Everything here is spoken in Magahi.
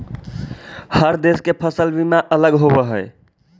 हर देश के फसल बीमा अलग होवऽ हइ